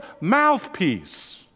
mouthpiece